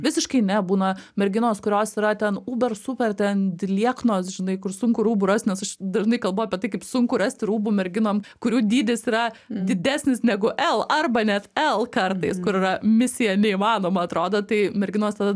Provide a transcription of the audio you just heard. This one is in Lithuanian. visiškai ne būna merginos kurios yra ten uber super ten lieknos žinai kur sunku rūbų rast nes dažnai kalbu apie tai kaip sunku rasti rūbų merginom kurių dydis yra didesnis negu l arba net l kartais kur yra misija neįmanoma atrodo tai merginos tada